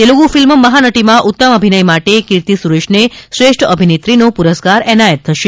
Telugu film મહાનટીમાં ઉત્તમ અભિનય માટે કીર્તી સુરેશને શ્રેષ્ઠ અભિનેત્રીનો પુરસ્કાર એનાયત થશે